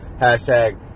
hashtag